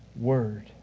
word